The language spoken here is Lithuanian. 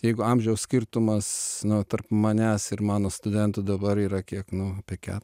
jeigu amžiaus skirtumas tarp manęs ir mano studentų dabar yra kiek nu apie ke